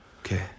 okay